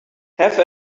have